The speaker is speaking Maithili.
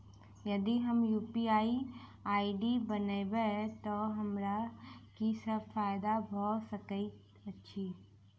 यदि हम यु.पी.आई आई.डी बनाबै तऽ हमरा की सब फायदा भऽ सकैत अछि?